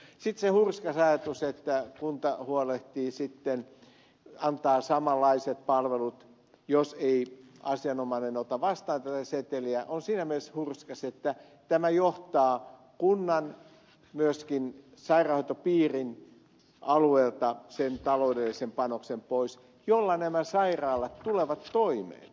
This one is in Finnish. sitten se hurskas ajatus että kunta huolehtii sitten antaa samanlaiset palvelut jos ei asianomainen ota vastaan tätä seteliä on siinä mielessä hurskas että tämä johtaa kunnan myöskin sairaanhoitopiirin alueelta sen taloudellisen panoksen pois jolla nämä sairaalat tulevat toimeen